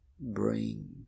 Bring